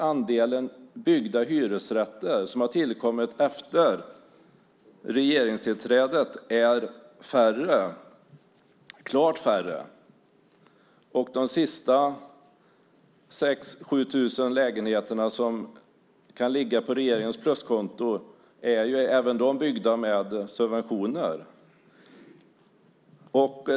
Andelen byggda hyresrätter efter regeringstillträdet är klart mindre. De sista 6 000-7 000 lägenheterna på regeringens pluskonto är även de byggda med subventioner.